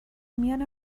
میان